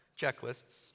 checklists